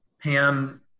Pam